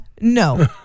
no